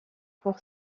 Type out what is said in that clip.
pour